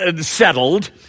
settled